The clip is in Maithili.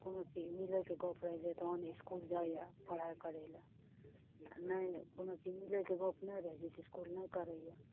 कोनो चीज मिलैके गप रहै छै तहन इसकुल जाइया पढ़ाइ करैला नहि कोनो चीज मिलैके गप नहि रहै छै तऽ इसकुल नहि करैया